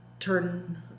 turn